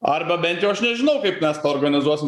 arba bent jau aš nežinau kaip mes tą organizuosim